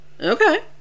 Okay